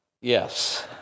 Yes